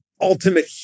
ultimate